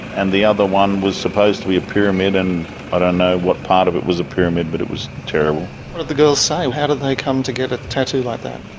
and the other one was supposed to be a pyramid and i don't know what part of it was a pyramid, but it was terrible. what did the girls say, how did they come to get a tattoo like that?